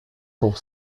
pour